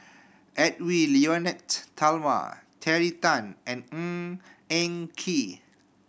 Edwy Lyonet Talma Terry Tan and Ng Eng Kee